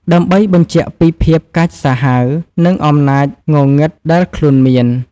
ដើម្បីបញ្ជាក់ពីភាពកាចសាហាវ និងអំណាចងងឹតដែលខ្លួនមាន។